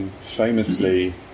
famously